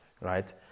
right